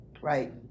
Right